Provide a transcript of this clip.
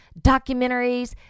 documentaries